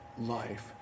life